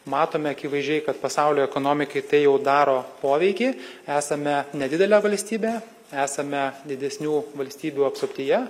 matome akivaizdžiai kad pasaulio ekonomikai tai jau daro poveikį esame nedidelė valstybė esame didesnių valstybių apsuptyje